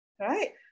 Right